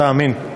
תאמין.